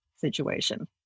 situation